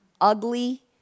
ugly